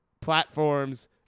platforms